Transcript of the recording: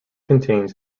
contains